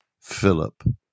Philip